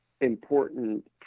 important